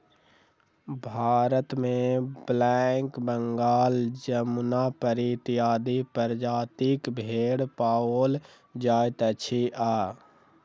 भारतमे ब्लैक बंगाल, जमुनापरी इत्यादि प्रजातिक भेंड़ पाओल जाइत अछि आ